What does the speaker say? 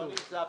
לא נמצא פתרון.